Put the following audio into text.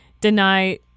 deny